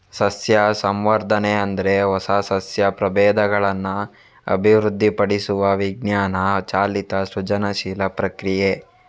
ಸಸ್ಯ ಸಂವರ್ಧನೆ ಅಂದ್ರೆ ಹೊಸ ಸಸ್ಯ ಪ್ರಭೇದಗಳನ್ನ ಅಭಿವೃದ್ಧಿಪಡಿಸುವ ವಿಜ್ಞಾನ ಚಾಲಿತ ಸೃಜನಶೀಲ ಪ್ರಕ್ರಿಯೆ